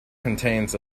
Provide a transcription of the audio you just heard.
contains